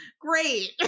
great